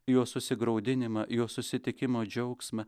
jo susigraudinimą jo susitikimo džiaugsmą